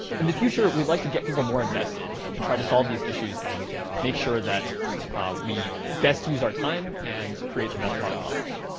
in the future, we'd like to get people more invested to try to solve these issues and make sure that we best use our time and create the best product possible.